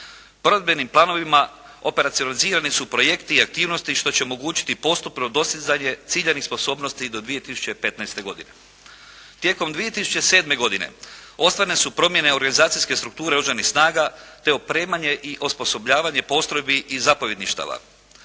Provedbenim planovima operacionalizirani su projekti i aktivnosti što će omogućiti postupno dostizanje ciljanih sposobnosti do 2015. godine. Tijekom 2007. godine osnovane su promjene organizacijske strukture Oružanih snaga, te opremanje i osposobljavanje postrojbi i zapovjedništava.